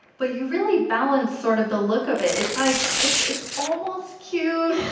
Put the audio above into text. but you really balance sort of the look of it. it's like it's it's almost cute.